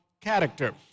character